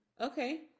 Okay